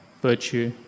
virtue